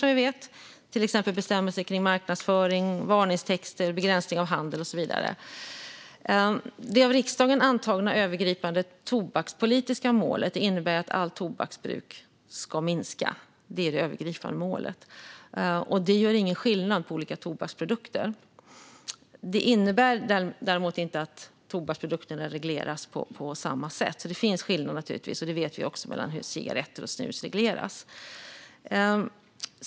Det gäller till exempel bestämmelser om marknadsföring, varningstexter, begränsning av handel och så vidare. Det av riksdagen antagna övergripande tobakspolitiska målet innebär att allt tobaksbruk ska minska. Det är det övergripande målet, och det gör ingen skillnad på olika tobaksprodukter. Det innebär däremot inte att tobaksprodukterna regleras på samma sätt. Det finns skillnader mellan hur cigaretter och snus regleras, och det vet vi också.